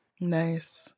nice